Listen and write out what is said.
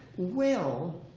well,